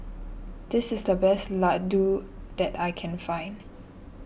this is the best Laddu that I can find